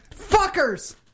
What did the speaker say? Fuckers